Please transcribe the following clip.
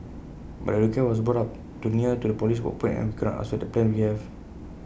but the request was brought up too near to the polish open and we cannot upset the plans we have